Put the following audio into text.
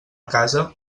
casa